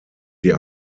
sie